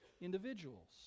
individuals